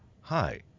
Hi